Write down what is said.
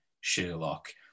Sherlock